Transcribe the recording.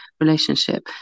relationship